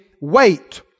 wait